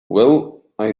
well—i